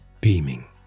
beaming